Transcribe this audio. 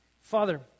Father